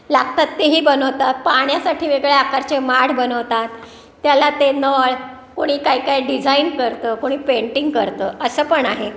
लागतात तेही बनवतात पाण्यासाठी वेगळ्या आकारचे माठ बनवतात त्याला ते नळ कोणी काय काय डिझाईन करतं कोणी पेंटिंग करतं असं पण आहे